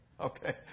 Okay